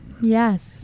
Yes